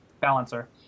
balancer